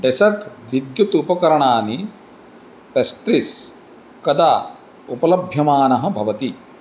dessert विद्युत् उपकरणानि pastries कदा उपलभ्यमानः भवति